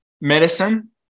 medicine